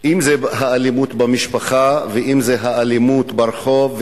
אם האלימות במשפחה ואם האלימות ברחוב,